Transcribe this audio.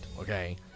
okay